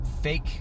fake